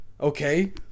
Okay